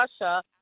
Russia